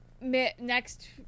Next